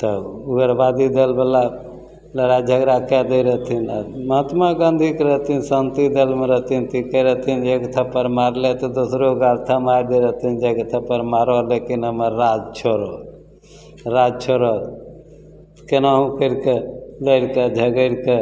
तब उग्रवादी दलवला लड़ाइ झगड़ा कै दै रहथिन महात्मा गाँधीके रहथिन शान्ति दलमे रहथिन कि कहै रहथिन एक थप्पड़ मारलै तऽ दोसरो गाल थमै दै रहथिन जेकि थप्पड़ मारऽ लेकिन हमर राज छोड़ऽ राज छोड़ऽ कोनाहु करिके लड़िके झगड़िके